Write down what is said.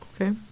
Okay